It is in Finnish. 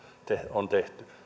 on tehty